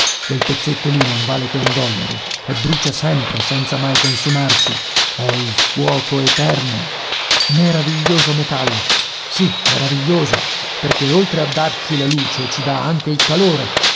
quel pezzetto lì non vale che un dollaro e brucia sempre senza mai consumarsi è il fuoco eterno meraviglioso metallo sì meraviglioso perché oltre a darci la luce ci dà anche il calore